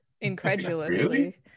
incredulously